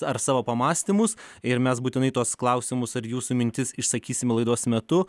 ar savo pamąstymus ir mes būtinai tuos klausimus ar jūsų mintis išsakysime laidos metu